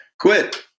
quit